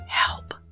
Help